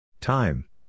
Time